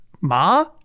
Ma